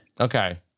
Okay